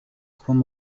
juan